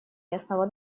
местного